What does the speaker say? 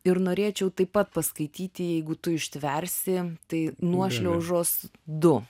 ir norėčiau taip pat paskaityti jeigu tu ištversi tai nuošliaužos du